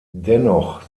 dennoch